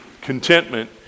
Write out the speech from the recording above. contentment